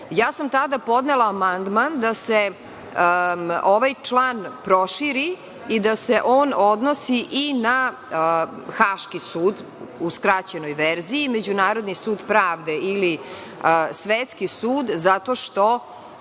sam podnela amandman da se ovaj član proširi i da se on odnosi i na Haški sud, u skraćenoj verziji, Međunarodni sud pravde ili Svetski sud. Pitala